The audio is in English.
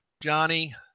Johnny